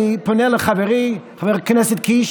אני פונה לחברי חבר הכנסת קיש,